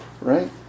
right